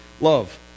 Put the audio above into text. love